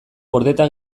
gordeta